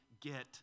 get